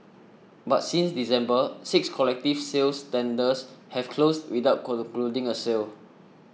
but since December six collective sales tenders have closed without concluding a sale